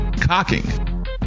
Cocking